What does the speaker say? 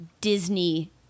Disney